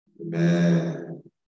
Amen